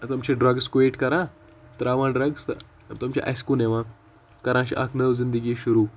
تِم چھِ drugs quit کَران ترٛاوان ڈرٛگٕز تہٕ تِم چھِ اَسہِ کُن یِوان کَران چھِ اَکھ نٔو زندگی شروٗع